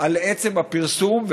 על עצם הפרסום,